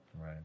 Right